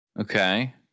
Okay